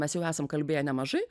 mes jau esam kalbėję nemažai